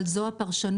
אבל זו הפרשנות,